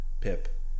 Pip